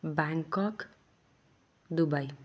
Bangkok Dubai